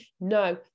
no